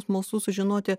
smalsu sužinoti